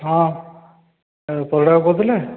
ହଁ ପରିଡ଼ା ବାବୁ କହୁଥିଲେ